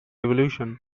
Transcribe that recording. revolution